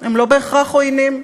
הם לא בהכרח עוינים,